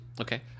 Okay